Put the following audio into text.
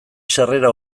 sarrera